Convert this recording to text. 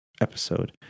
episode